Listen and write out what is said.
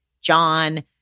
john